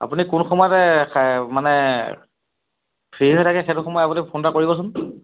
আপুনি কোন সময়তে মানে ফ্ৰী হৈ থাকে সেইটো সময় আপুনি ফোন এটা কৰিবচোন